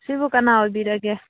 ꯁꯤꯕꯨ ꯀꯅꯥ ꯑꯣꯏꯕꯤꯔꯒꯦ